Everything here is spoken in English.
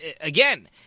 again